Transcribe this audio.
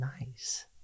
Nice